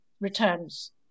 returns